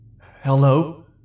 Hello